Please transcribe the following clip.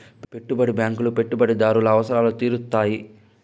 పెట్టుబడి బ్యాంకులు పెట్టుబడిదారుల అవసరాలు తీరుత్తాయి